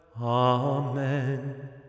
Amen